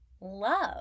Love